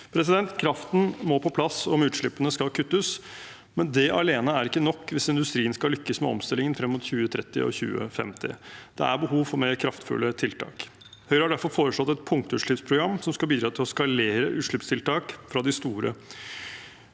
spørsmålet. Kraften må på plass om utslippene skal kuttes, men det alene er ikke nok hvis industrien skal lykkes med omstillingen frem mot 2030 og 2050. Det er behov for mer kraftfulle tiltak. Høyre har derfor foreslått et punktutslippsprogram som skal bidra til å skalere utslippstiltak fra de store